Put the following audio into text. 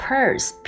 Purse